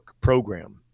program